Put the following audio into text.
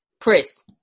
Chris